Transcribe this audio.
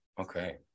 okay